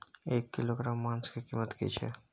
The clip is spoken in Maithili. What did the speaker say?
एक किलोग्राम मांस के कीमत की छै?